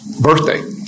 Birthday